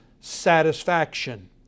satisfaction